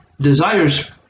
desires